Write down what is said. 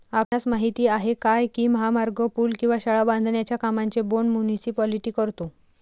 आपणास माहित आहे काय की महामार्ग, पूल किंवा शाळा बांधण्याच्या कामांचे बोंड मुनीसिपालिटी करतो?